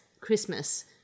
Christmas